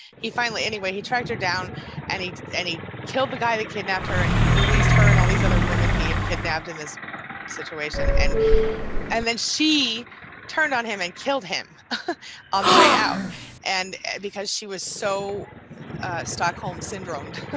he finally. anyway he tracked her down and he killed the guy that kidnapped her and released her and all these other women he had kidnapped in this situation and and then she turned on him and killed him on the way out and because she was so stockholm syndromed,